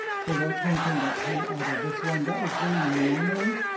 so that's one thing that came out of this one. that was very normal,